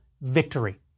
victory